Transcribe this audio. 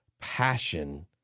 passion